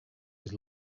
his